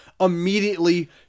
immediately